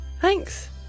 Thanks